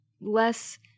less –